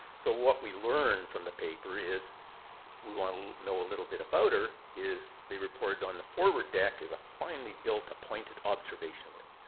so what we learn from the paper is we want to know a little bit about her is they reported on the forward deck is a finely built, appointed observation room.